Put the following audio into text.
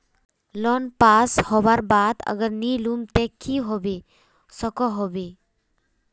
Loan pass होबार बाद अगर नी लुम ते की होबे सकोहो होबे?